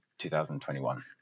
2021